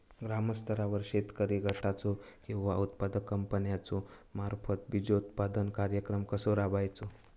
ग्रामस्तरावर शेतकरी गटाचो किंवा उत्पादक कंपन्याचो मार्फत बिजोत्पादन कार्यक्रम राबायचो?